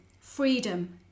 freedom